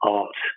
art